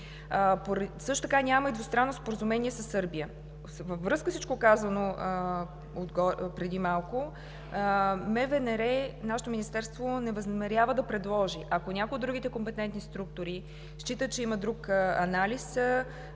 Също така няма и двустранно споразумение със Сърбия. Във връзка с всичко казано преди малко Министерството на външните работи не възнамерява да предложи. Ако някоя от другите компетентни структури счита, че има друг анализ,